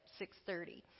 6.30